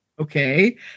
okay